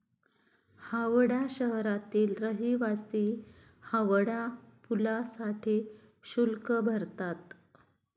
हावडा शहरातील रहिवासी हावडा पुलासाठी शुल्क भरतात